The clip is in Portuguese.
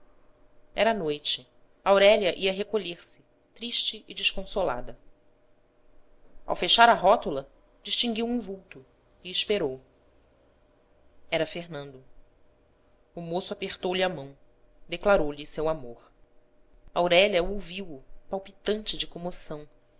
era noite aurélia ia recolherse triste e desconsolada ao fechar a rótula distinguiu um vulto e esperou era fernando o moço apertou-lhe a mão declarou-lhe seu amor aurélia ouviu-o palpitante de comoção